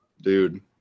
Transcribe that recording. Dude